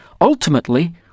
Ultimately